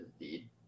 indeed